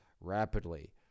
rapidly